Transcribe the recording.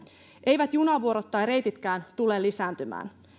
eivät junavuorot tai reititkään tule lisääntymään